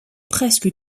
presque